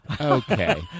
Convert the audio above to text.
Okay